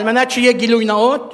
על מנת שיהיה גילוי נאות,